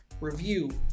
review